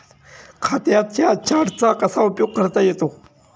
खात्यांच्या चार्टचा कसा उपयोग करता येतो?